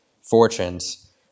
fortunes